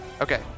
Okay